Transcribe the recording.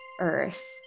Earth